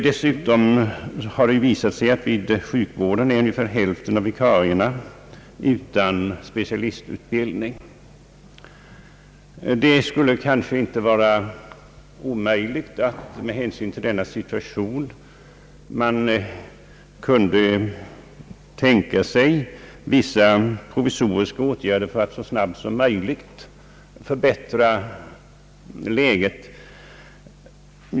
Dessutom har det visat sig att i sjukvården ungefär hälften av vikarierna saknar specialistutbildning. Med hänsyn till denna situation skulle det kanske inte vara omöjligt att tänka sig vissa provisoriska åtgärder för att så snabbt som möjligt förbättra läget.